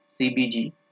CBG